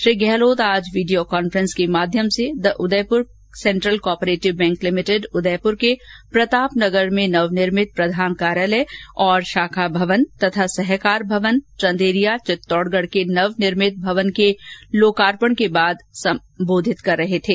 श्री गहलोत आज video conference के माध्यम से the Udaipur central cooperative bank limited Udaipur के प्रतापनगर में नवनिर्मित प्रधान कार्यालय और शाखा भवन तथा सहकार भवन चंदेरिया चित्तौडगढ़ के नवनिर्मित भवन के लोकार्पण के बाद सम्बोधित कर रहे थे